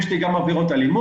יש לי גם עבירות אלימות,